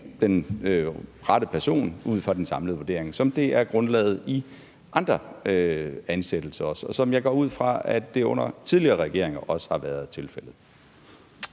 den rette person ud fra den samlede vurdering, som det også er grundlaget i andre ansættelser, og som, går jeg ud fra, det også har været tilfældet